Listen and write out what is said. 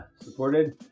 supported